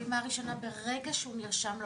הפעימה הראשונה ברגע שהוא נרשם לאולפן.